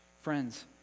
Friends